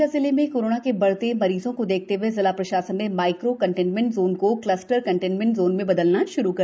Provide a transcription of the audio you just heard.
विदिशा जिले में कोरोना के बढ़ते मरीजों को देखते हुए जिला प्रशासन ने माइक्रो कंटेन्मेंट जोन को क्लस्टर कंटेन्मेंट जोन में बदलना शुरू कर दिया है